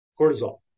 Cortisol